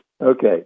Okay